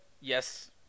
Yes